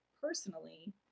personally